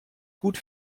gut